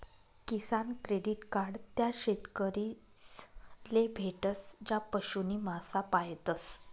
किसान credit card त्या शेतकरीस ले भेटस ज्या पशु नी मासा पायतस